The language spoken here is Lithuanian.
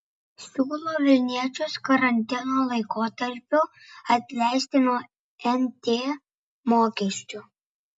siūlo vilniečius karantino laikotarpiu atleisti nuo nt mokesčio